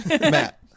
Matt